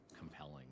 compelling